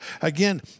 again